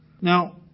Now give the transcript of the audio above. Now